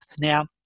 Now